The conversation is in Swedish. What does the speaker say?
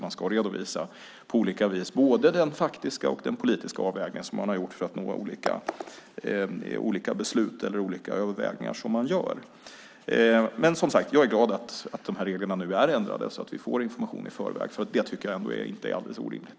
Man ska på olika vis redovisa både den faktiska och den politiska avvägningen som man har gjort för att nå olika beslut. Men jag är, som sagt, glad att dessa regler nu är ändrade så att vi får information i förväg. Det tycker jag ändå inte är alldeles orimligt.